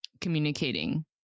communicating